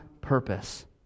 purpose